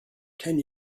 ten